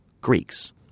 Greeks